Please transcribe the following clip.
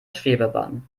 schwebebahn